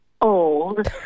Old